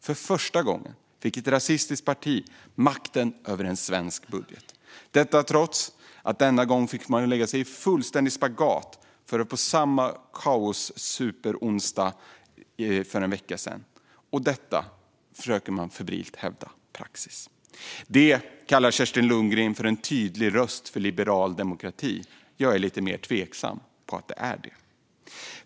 För första gången fick ett rasistiskt parti makten över en svensk budget, detta trots att man denna gång fick lägga sig i fullständig spagat på samma superkaosonsdag för en vecka sedan. Och detta, försöker man febrilt hävda, var praxis. Det kallar Kerstin Lundgren för en tydlig röst för liberal demokrati. Jag är lite mer tveksam till att det är det.